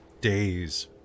days